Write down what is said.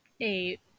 eight